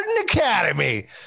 Academy